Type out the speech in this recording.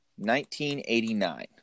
1989